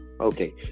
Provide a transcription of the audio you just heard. okay